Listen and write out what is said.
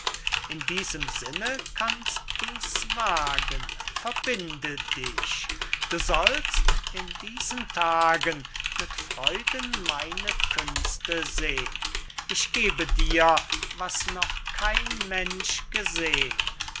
in diesem sinne kannst du's wagen verbinde dich du sollst in diesen tagen mit freuden meine künste sehn ich gebe dir was noch kein mensch gesehn